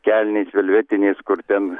kelnės velvetinės kur ten